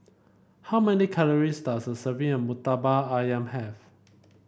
how many calories does a serving of murtabak ayam have